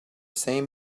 same